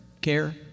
care